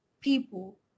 people